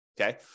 Okay